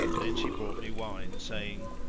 then she brought me wine, saying,